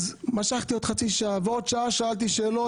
אז משכתי עוד חצי שעה ועוד שעה שאלתי שאלות